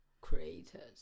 creators